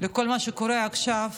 לכל מה שקורה עכשיו